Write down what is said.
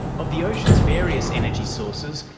of the ocean's various energy sources,